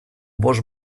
bost